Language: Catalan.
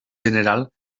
general